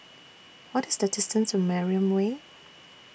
What IS The distance to Mariam Way